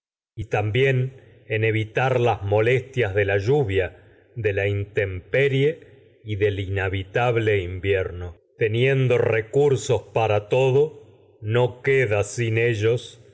y también y en evitar las molestias de la lluvia temperie sos del inhabitable invierno teniendo que para todo no queda sin ellos